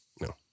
no